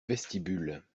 vestibule